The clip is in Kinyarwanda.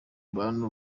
bantu